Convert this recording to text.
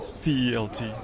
V-E-L-T